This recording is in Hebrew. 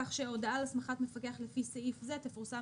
כך שהודעה על הסמכת מפקח לפי סעיף זה תפורסם